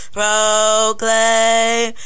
proclaim